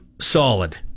solid